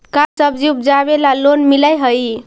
का सब्जी उपजाबेला लोन मिलै हई?